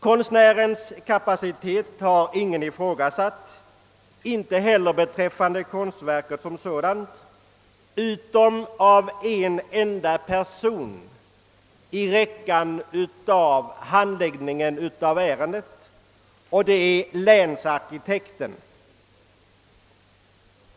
Konstnärens kåpacitet har ingen ifrågasatt, inte heller konstverket som sådant, utom en enda person i raden av dem som handlagt ärendet, nämligen länsarkitekten.